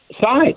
side